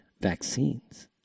vaccines